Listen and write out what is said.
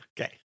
Okay